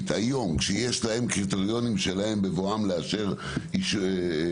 היום כשיש להם קריטריונים שלהם בבואם לאשר ביקורים,